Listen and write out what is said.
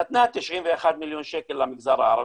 היא נתנה 91 מיליון שקל למגזר הערבי,